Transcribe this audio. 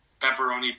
pepperoni